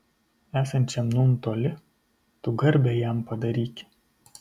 esančiam nūn toli tu garbę jam padaryki